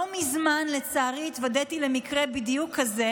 לא מזמן, לצערי, התוודעתי למקרה בדיוק כזה,